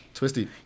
Twisty